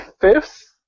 fifth